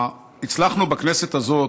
הצלחנו בכנסת הזאת,